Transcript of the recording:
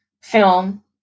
film